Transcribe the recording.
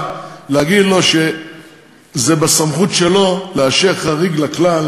להגיד לו שזה בסמכות שלו לאשר חריג לכלל,